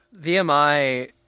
VMI